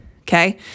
okay